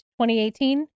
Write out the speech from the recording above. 2018